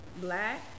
black